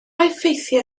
effeithiau